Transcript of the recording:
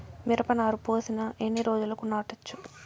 మిరప నారు పోసిన ఎన్ని రోజులకు నాటచ్చు?